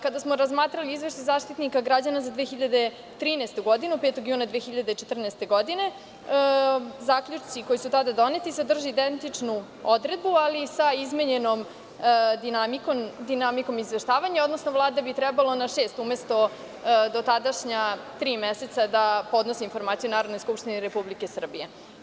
Kada smo razmatrali izveštaj Zaštitnika građana za 2013. godinu, 5. juna 2014. godine, zaključci koji su tada doneti sadrže identičnu odredbu, ali sa izmenjenom dinamikom izveštavanja, odnosno Vlada bi trebala na šest, umesto dosadašnja tri meseca, da podnosi informacije Narodnoj skupštini Republike Srbije.